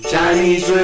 Chinese